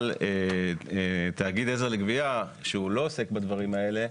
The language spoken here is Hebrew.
אבל תאגיד עזר לגבייה, שהוא לא עוסק בדברים האלה,